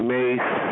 Mace